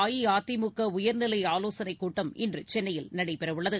அஇஅதிமுக உயர்நிலை ஆலோசனைக் கூட்டம் இன்று சென்னையில் நடைபெறவுள்ளது